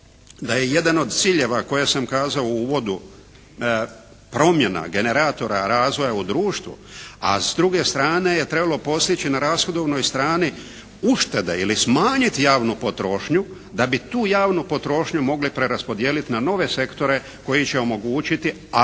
da je jedan od ciljeva koje sam kazao u uvodu promjena generatora razvoja u društvu, a s druge strane je trebalo postići na rashodovnoj strani uštede ili smanjiti javnu potrošnju da bi tu javnu potrošnju mogli preraspodijeliti na nove sektore koji će omogućiti, a to